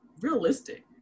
realistic